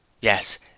Yes